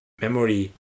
memory